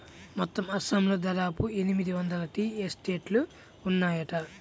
మొత్తం అస్సాంలో దాదాపు ఎనిమిది వందల టీ ఎస్టేట్లు ఉన్నాయట